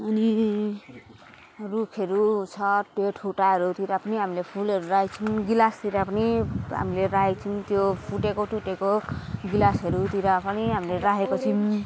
अनि रुखहरू छ ठेट ठुटाहरूतिर पनि हामीले फुलहरू राखेको छौँ गिलासतिर पनि हामीले राखेको छौँ त्यो फुटेको टुटेको गिलासहरूतिर पनि हामीले राखेको छौँ